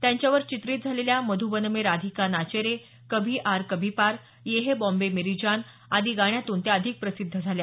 त्यांच्यावर चित्रीत झालेल्या मध्बन में राधिका नाचे रे कभी आर कभी पार ये है बॉम्बे मेरी जान आदी गाण्यांतून त्या अधिक प्रसिद्ध झाल्या